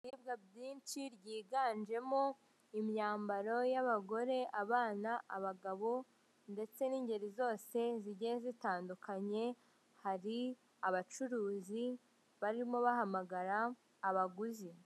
Ibicuruzwa byinshi byiganjemo imyambaro y'abagore, abana, abagabo, ndetse n'ingeri zose zigiye zitandukanye, hari abacuruzi barimo bahamagara abaguzi.